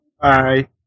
Bye